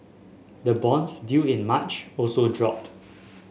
the bonds due in March also dropped